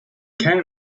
came